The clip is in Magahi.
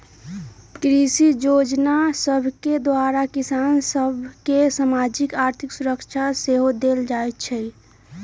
कृषि जोजना सभके द्वारा किसान सभ के सामाजिक, आर्थिक सुरक्षा सेहो देल जाइ छइ